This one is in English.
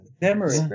Memory